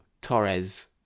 Torres